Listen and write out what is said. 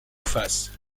face